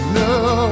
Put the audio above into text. no